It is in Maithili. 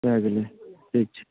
दऽ देबै ठीक छै